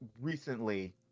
recently